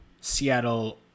Seattle